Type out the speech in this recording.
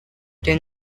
doing